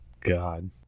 God